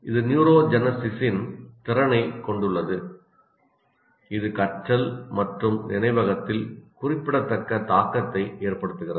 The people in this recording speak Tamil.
இது நியூரோஜெனெஸிஸின் திறனைக் கொண்டுள்ளது இது கற்றல் மற்றும் நினைவகத்தில் குறிப்பிடத்தக்க தாக்கத்தை ஏற்படுத்துகிறது